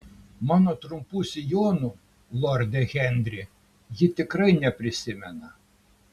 mano trumpų sijonų lorde henri ji tikrai neprisimena